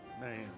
Man